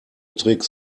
tricks